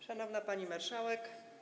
Szanowna Pani Marszałek!